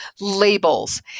labels